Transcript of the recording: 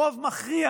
רוב מכריע